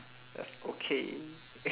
just okay